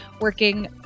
working